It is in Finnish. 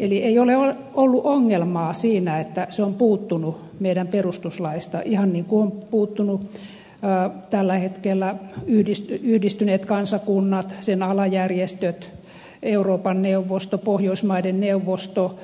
eli ei ole ollut ongelmaa siinä että se on puuttunut meidän perustuslaistamme ihan niin kuin ovat puuttuneet tällä hetkellä yhdistyneet kansakunnat sen alajärjestöt euroopan neuvosto pohjoismaiden neuvosto